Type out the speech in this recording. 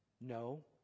No